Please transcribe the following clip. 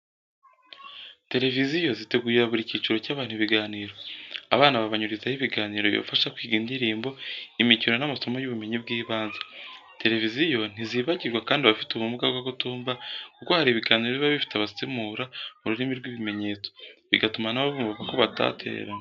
Televiziyo zitegurira buri cyiciro cy'abantu ibiganiro. Abana babanyurizaho ibiganiro bibafasha kwiga indirimbo, imikino n'amasomo y'ubumenyi bw'ibanze. Televiziyo ntizibagirwa kandi abafite ubumuga bwo kutumva kuko hari ibiganiro biba bifite abasemura mu rurimi rw'ibimenyetso, bigatuma nabo bumva ko batatereranwe.